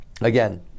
again